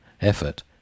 effort